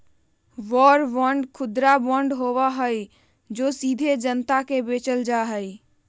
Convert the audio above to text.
war bond खुदरा bond होबा हई जो सीधे जनता के बेचल जा हई